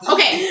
Okay